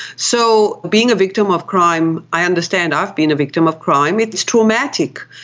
so being a victim of crime, i understand, i've been a victim of crime, it's traumatic.